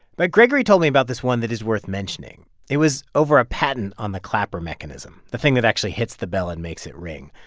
but gregory told me about this one that is worth mentioning it was over a patent on the clapper mechanism the thing that actually hits the bell and makes it ring.